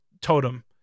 totem